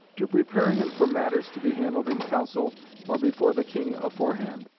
to prepare him for matters to be handled in council or before the king aforehand,